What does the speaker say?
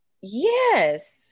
Yes